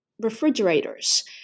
refrigerators